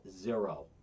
Zero